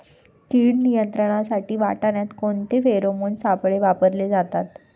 कीड नियंत्रणासाठी वाटाण्यात कोणते फेरोमोन सापळे वापरले जातात?